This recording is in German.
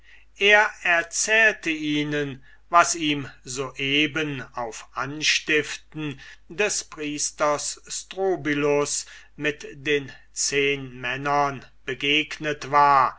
er erzählte ihnen was ihm so eben auf anstiften des priesters strobylus mit den zehnmännern begegnet war